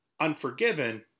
unforgiven